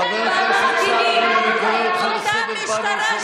חבר הכנסת סעדי, אני קורא אותך לסדר פעם ראשונה.